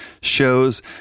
shows